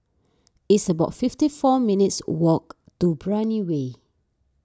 it's about fifty four minutes' walk to Brani Way